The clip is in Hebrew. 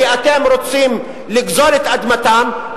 כי אתם רוצים לגזול את אדמתם,